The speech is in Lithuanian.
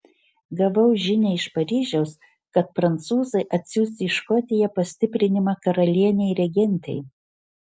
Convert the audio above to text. gavau žinią iš paryžiaus kad prancūzai atsiųs į škotiją pastiprinimą karalienei regentei